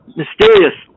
mysterious